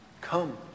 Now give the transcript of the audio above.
Come